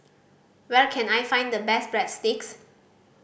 where can I find the best Breadsticks